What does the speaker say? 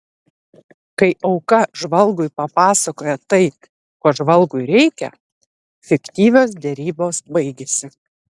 kai auka žvalgui papasakoja tai ko žvalgui reikia fiktyvios derybos baigiasi